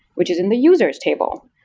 which is in the users table.